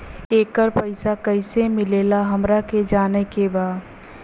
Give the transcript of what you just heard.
येकर पैसा कैसे मिलेला हमरा के जाने के बा?